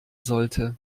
sollte